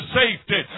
safety